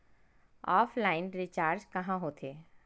Offline recharge कहां होथे?